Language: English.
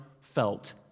felt